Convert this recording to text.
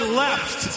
left